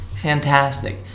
fantastic